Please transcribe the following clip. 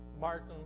Martin